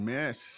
Miss